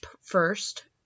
first